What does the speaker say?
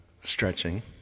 stretching